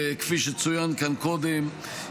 כפי שצוין כאן קודם,